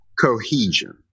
cohesion